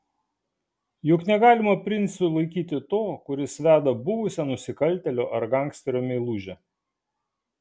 juk negalima princu laikyti to kuris veda buvusią nusikaltėlio ar gangsterio meilužę